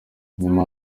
nyuma